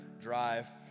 drive